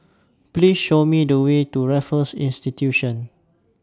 Please Show Me The Way to Raffles Institution